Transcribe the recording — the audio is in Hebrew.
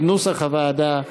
כנוסח הוועדה,